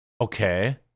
Okay